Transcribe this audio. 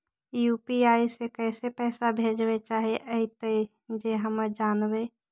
UPI से कैसे पैसा भेजबय चाहें अइतय जे हम जानबय?